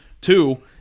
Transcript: Two